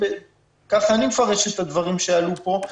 ועכשיו כך אני מפרש את הדברים שעלו פה,